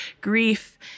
grief